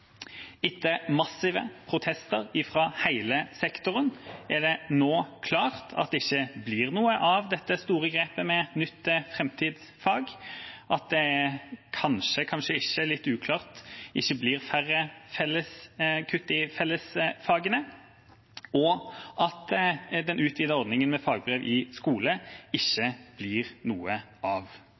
Etter massive protester fra hele sektoren er det nå klart at det ikke blir noe av dette store grepet med et nytt framtidsfag, at det kanskje / kanskje ikke – litt uklart – ikke blir kutt i fellesfagene, og at den utvidede ordningen med fagbrev i skole ikke blir noe av.